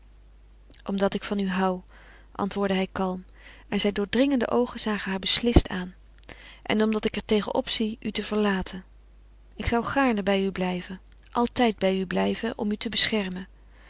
omdat ik van u hou antwoordde hij kalm en zijne doordringende oogen zagen haar beslist aan en omdat ik er tegen op zie u te verlaten ik zou gaarne bij u willen blijven altijd bij u willen blijven om u te beschermen